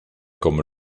comme